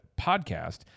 PODCAST